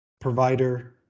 provider